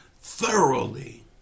thoroughly